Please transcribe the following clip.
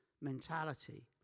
mentality